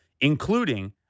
Including